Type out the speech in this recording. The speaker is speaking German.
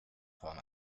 form